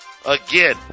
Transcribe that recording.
Again